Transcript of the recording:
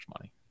money